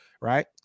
right